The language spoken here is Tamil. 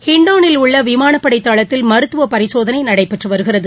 ஹிண்டானில் உள்ள விமானப்படை தளத்தில் மருத்துவ பரிசோதனை நடைபெற்று வருகிறது